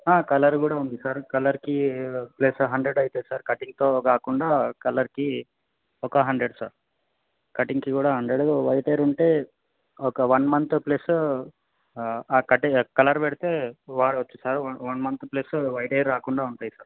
colour కూడా ఉంది sir కలర్కి ప్లస్ హండ్రెడ్ అవుతుంది సార్ కటింగ్తో కాకుండా కలర్కి ఒక హండ్రెడ్ సార్ కటింగ్కి కూడా హండ్రెడ్ వైట్ హెయిర్ ఉంటే ఒక వన్ మంత్ ప్లస్ కలర్ పెడితే వాడొచ్చు sir one month plus white hair రాకుండా ఉంటాయి సార్